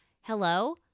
Hello